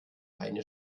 eine